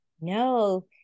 no